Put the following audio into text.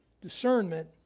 Discernment